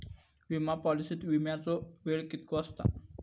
विमा पॉलिसीत विमाचो वेळ कीतको आसता?